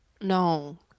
No